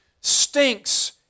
stinks